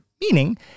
meaning